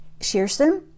Shearson